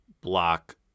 block